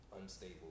unstable